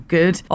good